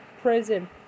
prison